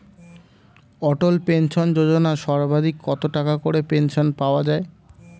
অটল pension যোজনা সর্বাধিক কত টাকা করে পেনশন পাওয়া যায়?